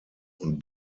und